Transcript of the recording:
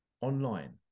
online